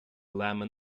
lemon